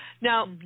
Now